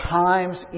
times